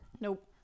Nope